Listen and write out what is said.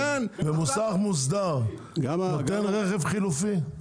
מוסך מוסדר נותן רכב חלופי?